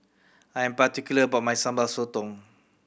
I'm particular about my Sambal Sotong